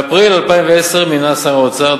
באפריל 2010 מינה שר האוצר,